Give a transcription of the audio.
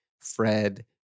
Fred